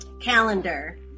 calendar